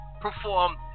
perform